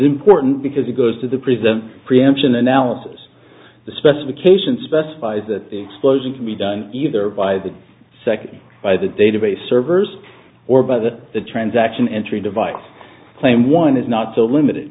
important because it goes to the present preemption analysis the specification specifies that explosion to be done either by the second by the database servers or by that the transaction entry device claim one is not so limited